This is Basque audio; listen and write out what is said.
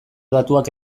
datuak